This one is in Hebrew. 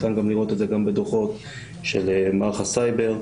ניתן גם לראות את זה בדוחות של מערך הסייבר,